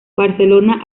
barcelona